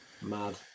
Mad